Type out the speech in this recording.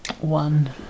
One